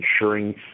ensuring